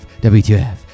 WTF